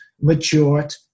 matured